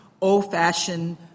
old-fashioned